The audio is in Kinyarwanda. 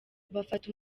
bafata